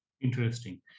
Interesting